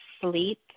sleep